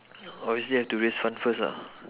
or we still have to raise funds first ah